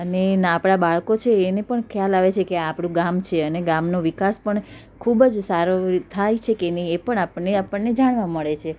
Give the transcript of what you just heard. અને ને આપણા બાળકો છે એને પણ ખ્યાલ આવે છે કે આ આપણું ગામ છે અને ગામનો વિકાસ પણ ખૂબ જ સારો એવો થાય છે કે નહીં એ પણ આપણને આપણને જાણવા મળે છે